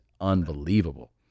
unbelievable